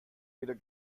wieder